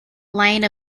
line